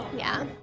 yeah